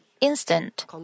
instant